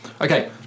Okay